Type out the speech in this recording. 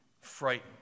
frightened